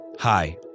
Hi